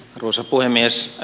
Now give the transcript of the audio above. arvoisa puhemies